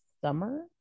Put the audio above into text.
summer